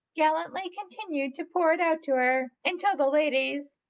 gallantly continued to pour it out to her until the ladies,